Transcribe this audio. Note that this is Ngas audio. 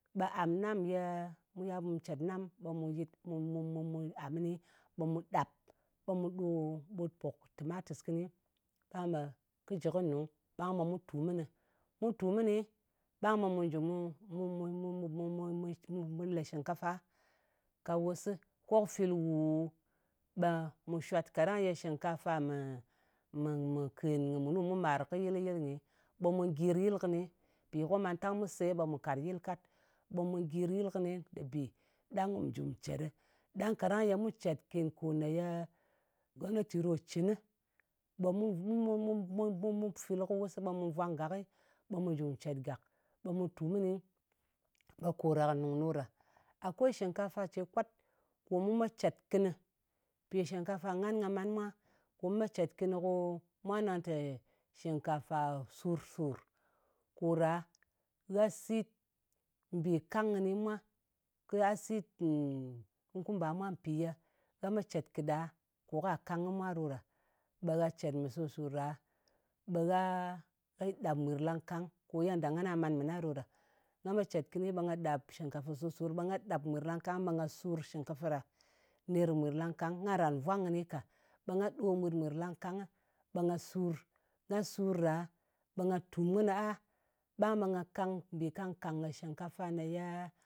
Ɓe àm nam ye, mu yal ɓu cèt nam ɓe mu yɨt, mu mu mu mu ɓwir am kɨni, ɓe mu ɗap ko mu ɗo mɓut pùk tɨmatɨs kɨni. Ɓang ɓe kɨ jɨ kɨ nung, ɓang ɓe mu tùm kɨnɨ. Mu tùm kɨni, ɓang ɓe mu jɨ mu mu mu mu mu mu mu le shɨngkafa ka wus, ko kɨ fìl wuuuu, ɓe mu shwat. Kaɗang ye shɨngkafa mɨ mɨ mɨ kèn kɨ mùnu mu màr kɨ yɨl kɨ yiɨ nyi, ɓe mu gyir yɨl kɨni, mpì ko matang mu se ɓe mu kat yɨl kat. Ɓe mu gyir yɨl kɨni lèbè ɗang kù nju cet ɗɨ. Ɗang kaɗang mu cèt ken kò ye gomnatì ɗo cɨn, ɓe mu mu mu mu fil kɨ wus, ɓe mu vwang gakɨ, ɓe mu jù cet gàk. Ɓe mu tùm kɨni, ɓe ko ɗa kɨ nuǹg ɗo ɗa. Akwei shingkafa ce kwat, kò mu met cet kɨnɨ. Mpì shɨngkafa ngan nga man mwa, ko mu met cet kɨni mwa nang tè shɨngkafa sur-sùr. Ko ra, gha sit mbì kang kɨni mwa, kɨ gha sit kukumba mwa, mpì ye a me cèt kɨ ɗa, kò ka kang kɨ mwa ɗo ɗa. Ɓe gha cèt mɨ sur-sùr ɗa ɓe gha ɗap mwir langkang. Ko yedda ngana nga man mɨ na ɗo ɗa. Nga me cet kɨni ɓe nga ɗap shɨngkafa sùr-sur ɓe nga ɗap mwir langkang, ɓe nga sur shɨngkafa ɗa ner kɨ mwir langkang. Ngan ka ran vwabg kɨni ka. Ɓe nga ɗo ɗin mwir langkang ɓe nga sùr. Nga sur ɗa, ɓe nga tùm kɨnɨ a, ɓang ɓe nga kang mbì kang-kàng shɨngkafa ne ye